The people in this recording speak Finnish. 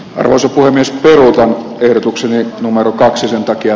rousu puhemies pöytään ehdotukseni numero kaksi sen takia